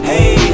Hey